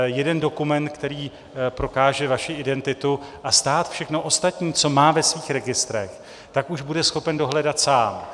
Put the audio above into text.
Jeden dokument, který prokáže vaši identitu, a stát všechno ostatní, co má ve svých registrech, už bude schopen dohledat sám.